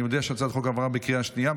אני מודיע שהצעת החוק עברה בקריאה שנייה.